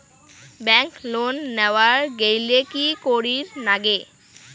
Bank loan নেওয়ার গেইলে কি করীর নাগে?